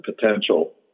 potential